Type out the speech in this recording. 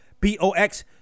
B-O-X